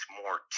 more